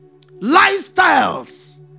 Lifestyles